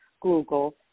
Google